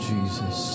Jesus